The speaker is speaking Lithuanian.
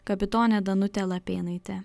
kapitonė danutė lapėnaitė